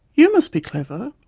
you must be clever'.